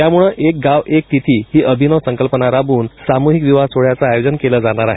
त्यामुळे एक गाव एक तिथी ही अभिनव संकल्पना राबवून सामुहिक विवाह सोहळ्यांचं आयोजन केलं जाणार आहे